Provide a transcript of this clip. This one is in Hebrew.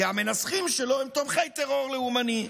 כי המנסחים שלו הם תומכי טרור לאומני.